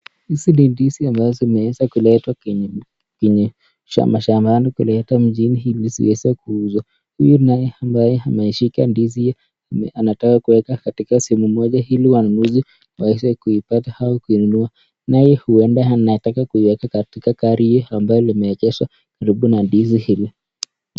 Hizi ni ndizi zenye zimeeza kuletwa kwenye shambani kuletwa mjini hili sieze kuuswa, huyu ni ambaye ameshika ndizi anataka kuweka katika sehemu moja hili wanunuzi waweze kipata ama kununua, naye uenda anataka kuweka katika gari yenye imeegeshwa karibu na ndizi hili.